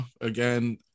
again